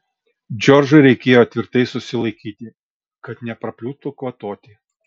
džordžui reikėjo tvirtai susilaikyti kad neprapliuptų kvatoti